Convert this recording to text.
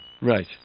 Right